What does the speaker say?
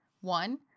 One